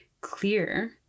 clear